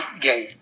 gate